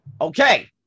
Okay